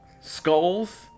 skulls